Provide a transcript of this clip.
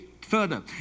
further